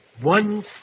one